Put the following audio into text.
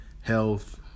health